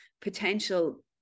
potential